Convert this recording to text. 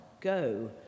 go